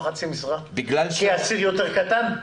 הסיר יותר קטן?